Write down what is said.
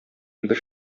бер